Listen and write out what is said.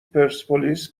پرسپولیس